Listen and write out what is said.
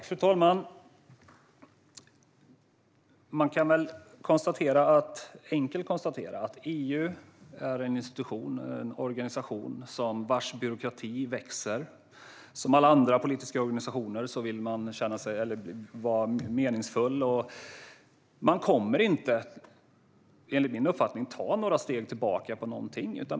Fru talman! Man kan enkelt konstatera att EU är en institution, en organisation, vars byråkrati växer. Som alla andra politiska organisationer vill man vara meningsfull, och enligt min uppfattning kommer man inte att ta några steg tillbaka från någonting.